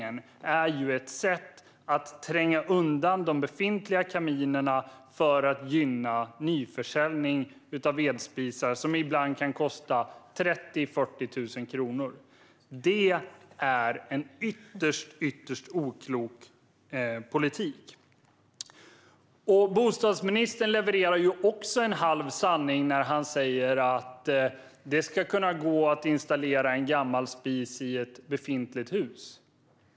Denna reglering är ett sätt att tränga undan de befintliga kaminerna för att gynna nyförsäljning av vedspisar, som kan kosta 30 000-40 000 kronor. Detta är en ytterst oklok politik. Bostadsministern levererar ännu en halv sanning när han säger att det ska gå att installera en gammal spis i ett befintligt hus.